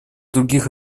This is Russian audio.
других